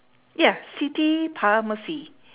yeah city pharmacy